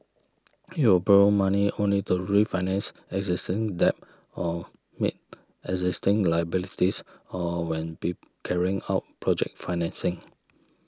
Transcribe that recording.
it will borrow money only to refinance existing debt or meet existing liabilities or when pee carrying out project financing